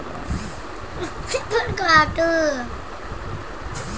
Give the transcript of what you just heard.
గేదెలు, ఎద్దులు, లామాలు లేదా ఒంటెలు ఇతర ప్రాంతాల వ్యవసాయంలో ప్రధానంగా ఉంటాయి